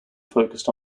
focused